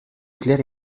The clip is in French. claires